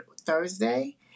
Thursday